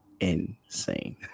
insane